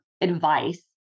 advice